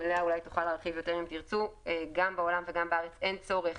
לאה אולי תוכל להרחיב יותר אם תרצו היום גם בעולם וגם בארץ אין צורך